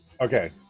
Okay